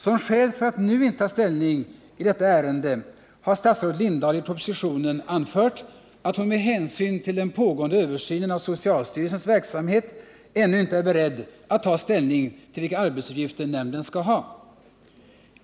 Som skäl för att nu inte ta ställning i detta ärende har statsrådet Lindahl i propositionen anfört att hon med hänsyn till den pågående översynen av socialstyrelsens verksamhet ännu inte är beredd att ta ställning till vilka arbetsuppgifter nämnden skall ha.